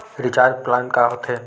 Recharge plan का होथे?